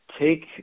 take